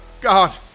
God